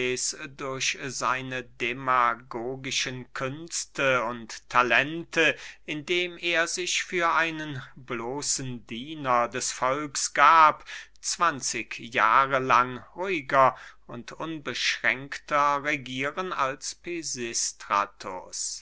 durch seine demagogischen künste und talente indem er sich für einen bloßen diener des volks gab zwanzig jahre lang ruhiger und unbeschränkter regieren als pisistratus